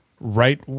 right